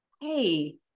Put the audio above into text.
hey